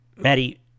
Maddie